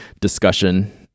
discussion